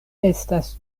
estas